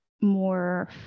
more